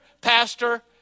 pastor